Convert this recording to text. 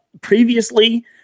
previously